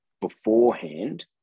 beforehand